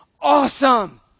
awesome